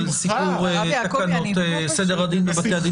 סיפור תקנות סדר הדין בבתי הדין הרבניים.